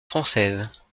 française